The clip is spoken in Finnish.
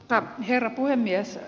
arvoisa herra puhemies